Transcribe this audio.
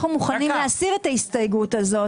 אנחנו מוכנים להסיר את ההסתייגות הזאת